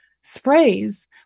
sprays